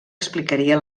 explicaria